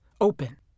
open